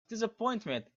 disappointed